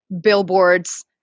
billboards